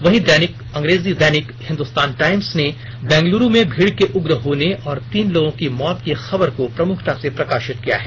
वहीं अंग्रेजी दैनिक हिंदुस्तान टाइम्स ने बेंगलुरु में भीड़ के उग्र होने और तीन लोगों की मौत की खबर को प्रमुखता से प्रकाशित किया है